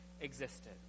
existed